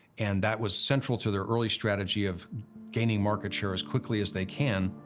and that was central to their early strategy of gaining market share as quickly as they can.